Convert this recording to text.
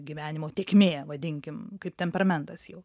gyvenimo tėkmė vadinkim kaip temperamentas jau